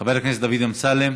חבר הכנסת דוד אמסלם,